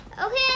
Okay